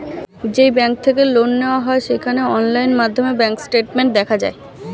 যেই ব্যাঙ্ক থেকে লোন নেওয়া হয় সেখানে অনলাইন মাধ্যমে ব্যাঙ্ক স্টেটমেন্ট দেখা যায়